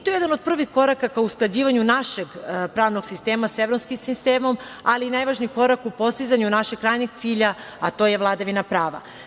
To je jedan od prvih koraka ka usklađivanju našeg pravnog sistema sa evropskim sistemom, ali najvažniji korak u postizanju našeg krajnjeg cilja, a to je vladavina prava.